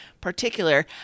particular